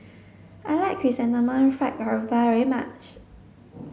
I like chrysanthemum fried Garoupa very much